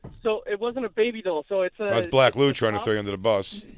so, it wasn't a baby doll. so, it's a that's black lou tryin' to throw you under the bus.